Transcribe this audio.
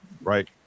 right